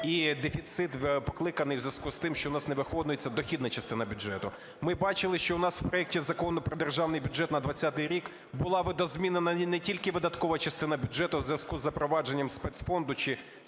і дефіцит пов'язаний з тим, що у нас не виконується дохідна частина бюджету. Ми бачили, що в нас в проекті Закону "Про Державний бюджет на 2020 рік" була видозмінена не тільки видаткова частина бюджету в зв'язку із запровадженням спеціального фонду